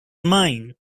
mine